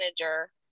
manager